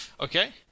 Okay